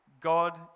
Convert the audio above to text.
God